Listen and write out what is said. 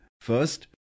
First